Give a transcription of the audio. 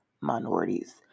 minorities